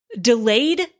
delayed